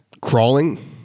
crawling